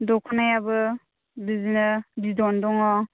दख'नायाबो बिदिनो बिदन दङ